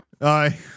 Aye